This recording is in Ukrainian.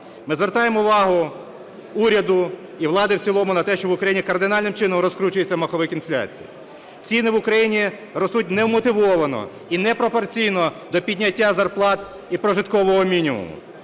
Ми звертаємо увагу уряду і влади в цілому на те, що в Україні кардинальним чином розкручується маховик інфляції. Ціни в Україні ростуть невмотивовано і непропорційно до підняття зарплат і прожиткового мінімуму.